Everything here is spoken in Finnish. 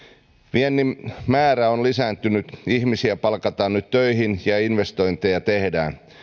viennin määrä on lisääntynyt ihmisiä palkataan nyt töihin ja investointeja tehdään